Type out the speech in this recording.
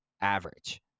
average